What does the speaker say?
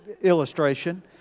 illustration